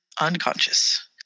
Unconscious